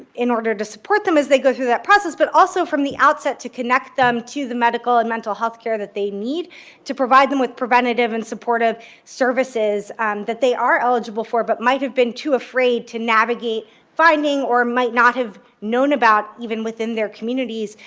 in order to support them as they go through that process, but also from the outset to connect them to the medical and mental health care that they need to provide them with preventative and supportive services that they are eligible for but might have been too afraid to navigate finding or might not have known about, even within their communities,